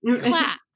clap